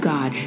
God